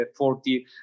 40